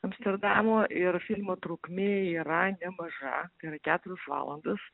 amsterdamo ir filmo trukmė yra nemaža tai yra keturios valandos